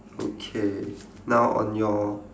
okay now on your